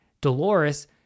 dolores